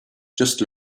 just